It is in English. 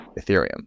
Ethereum